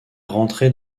rentrer